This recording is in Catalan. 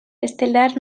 estel·lar